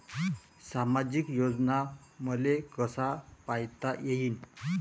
सामाजिक योजना मले कसा पायता येईन?